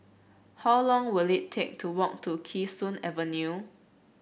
how long will it take to walk to Kee Sun Avenue